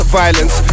violence